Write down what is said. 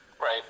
Right